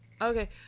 Okay